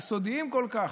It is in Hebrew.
יסודיים כל כך.